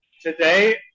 Today